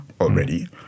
already